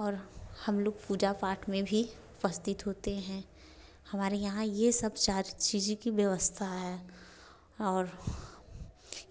और हम लोग पूजा पाठ में भी उपस्थित होते हैं हमारे यहाँ ये सब सारी चीज़ें की व्यवस्था है और